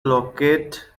locate